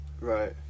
right